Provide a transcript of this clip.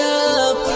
up